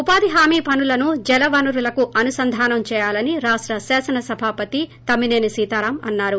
ఉపాధి హామీ పనులను జలవనరులకు అనుసంధానం చేయాలని రాష్ట శాసన సభాపతి తమ్మినేని సీతారాం అన్నారు